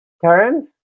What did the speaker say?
Karen